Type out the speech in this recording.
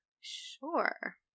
Sure